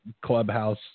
clubhouse